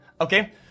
okay